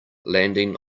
landing